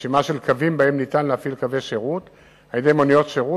רשימה של קווים שבהם ניתן להפעיל קווי שירות על-ידי מוניות שירות,